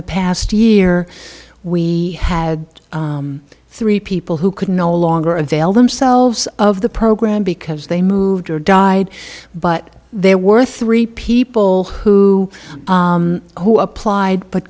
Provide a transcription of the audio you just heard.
the past year we had three people who could no longer avail themselves of the program because they moved or died but there were three people who who applied but